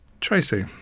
tracy